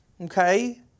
okay